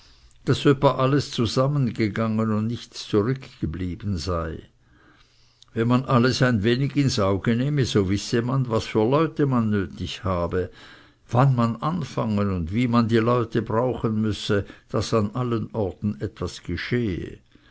daß öppe alles zusammen gegangen und nichts zurückgeblieben sei wenn man alles ein wenig ins auge nehme so wisse man was für leute man nötig habe wann man anfangen und wie man die leute brauchen müsse daß an allen orten etwas gehe